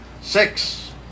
Six